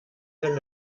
kann